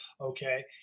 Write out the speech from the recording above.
okay